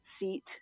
seat